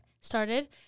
started